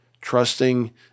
trusting